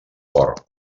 fort